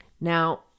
Now